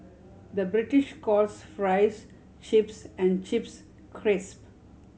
the British calls fries chips and chips crisp